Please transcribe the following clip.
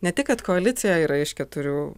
ne tik kad koalicija yra iš keturių